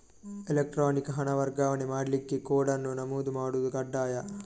electronic ಹಣ ವರ್ಗಾವಣೆ ಮಾಡ್ಲಿಕ್ಕೆ ಕೋಡ್ ಅನ್ನು ನಮೂದು ಮಾಡುದು ಕಡ್ಡಾಯ